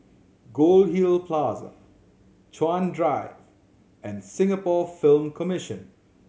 Goldhill Plaza Chuan Drive and Singapore Film Commission